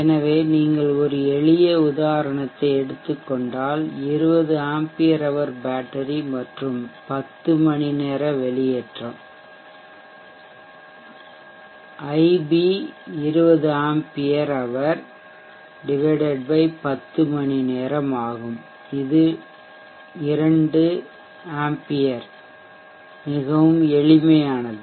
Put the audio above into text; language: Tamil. எனவே நீங்கள் ஒரு எளிய உதாரணத்தை எடுத்துக் கொண்டால் 20 ஆம்பியர் ஹவர் பேட்டரி மற்றும் 10 மணிநேர வெளியேற்றம் ஐபி 20 ஆம்பியர் ஹவர் பத்து மணிநேரம் ஆகும் இது 2 ஆம்ப்ஸ் மிகவும் எளிமையானது